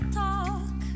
talk